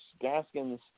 Gaskins